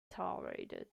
tolerated